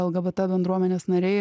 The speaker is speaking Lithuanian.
lgbt bendruomenės nariai